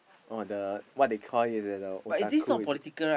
oh the what they call it as a otaku is it